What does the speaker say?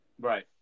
Right